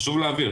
חשוב להבהיר,